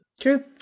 True